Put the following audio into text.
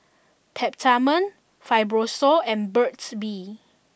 Peptamen Fibrosol and Burt's Bee